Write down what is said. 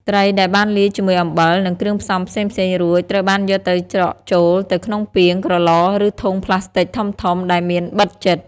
ត្រីដែលបានលាយជាមួយអំបិល និងគ្រឿងផ្សំផ្សេងៗរួច ត្រូវបានយកទៅច្រកចូលទៅក្នុងពាង ក្រឡ ឬធុងប្លាស្ទិកធំៗ ដែលមានបិទជិត។